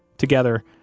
together,